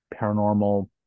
paranormal